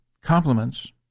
compliments